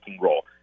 role